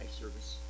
service